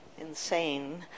insane